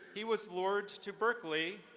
he was lured to berkeley,